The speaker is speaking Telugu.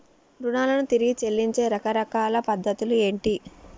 రుణాలను తిరిగి చెల్లించే రకరకాల పద్ధతులు ఏంటి?